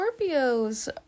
Scorpios